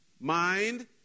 Mind